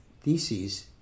theses